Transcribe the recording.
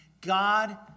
God